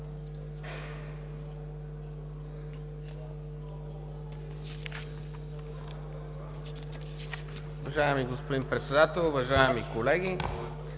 Уважаеми господин Председател, уважаеми колеги!